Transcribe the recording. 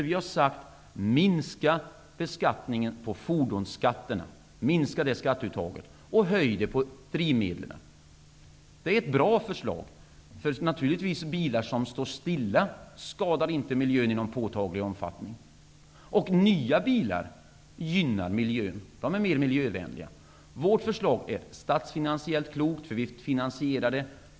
Vi har sagt att man skall minska uttaget av fordonsskatter och höja skatten på drivmedel. Det är ett bra förslag. Bilar som står stilla skadar naturligtvis inte miljön i någon påtaglig omfattning. Nya bilar gynnar miljön. De är mera miljövänliga. Vårt förslag är statsfinansiellt klokt. Det är finansierat.